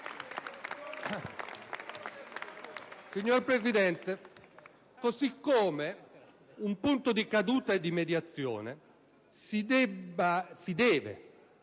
signor Presidente, un punto di caduta e di mediazione si deve